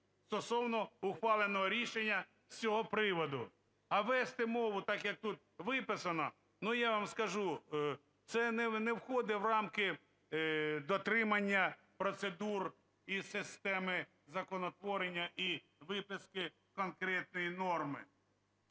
стосовно ухваленого рішення з цього приводу. А вести мову так, як тут виписано, ну, я вам скажу, це не входить в рамки дотримання процедур і системи законотворення і виписки конкретної норми.